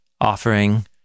offering